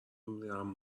میرم